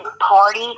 party